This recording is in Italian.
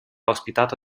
ospitato